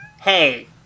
hey